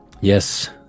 Yes